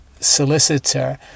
solicitor